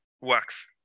works